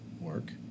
work